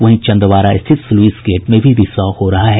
वहीं चंदवाड़ा स्थित sluice gate में भी रिसाव हो रहा है